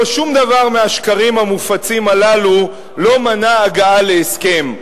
שום דבר מהשקרים המופצים הללו לא מנע הגעה להסכם.